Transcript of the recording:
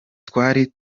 twari